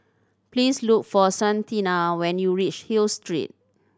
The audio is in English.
please look for Santina when you reach Hill Street